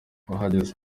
wahageze